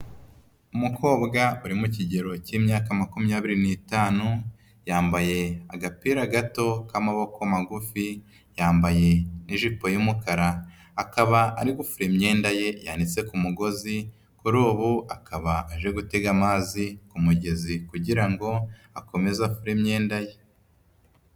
Umukobwa uri mu kigero cy'imyaka makumyabiri n'itanu, yambaye agapira gato k'amaboko magufi, yambaye n'ijipo y'umukara, akaba ari gufura imyenda ye yanitse ku mugozi, kuri ubu akaba aje gutega amazi ku mugezi kugira ngo akomeze afure imyenda ye.